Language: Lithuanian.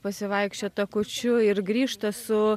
pasivaikščiot takučiu ir grįžta su